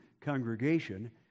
congregation